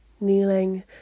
Kneeling